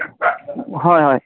হয় হয়